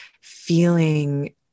feeling